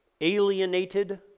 alienated